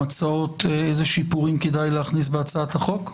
הצעות לאיזה שיפורים כדאי להכניס בהצעת החוק?